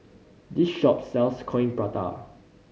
this shop sells Coin Prata